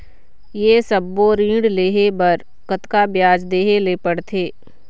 ये सब्बो ऋण लहे मा कतका ब्याज देहें ले पड़ते?